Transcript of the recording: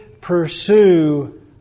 pursue